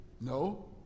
No